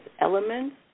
Elements